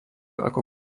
ako